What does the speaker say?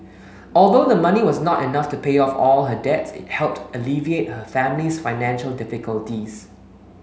although the money was not enough to pay off all her debts it helped alleviate her family's financial difficulties